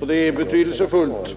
Hur en skola leds är betydelsefullt.